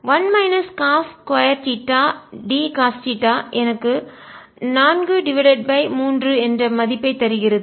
1 minus cos square theta d cos theta எனக்கு நான்கு மூன்று என்ற மதிப்பை தருகிறது